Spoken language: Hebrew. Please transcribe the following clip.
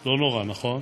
לא נורא, נכון?